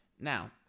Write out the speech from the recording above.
Now